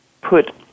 put